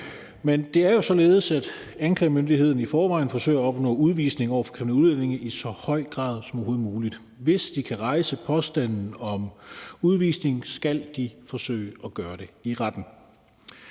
Men det er jo således, at anklagemyndigheden i forvejen forsøger at opnå udvisning i forhold til kriminelle udlændinge i så høj grad som overhovedet muligt. Hvis de kan rejse påstanden om udvisning, skal de forsøge at gøre det i retten.